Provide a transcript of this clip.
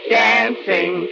dancing